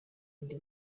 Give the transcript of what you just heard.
ndi